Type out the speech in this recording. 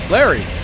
Larry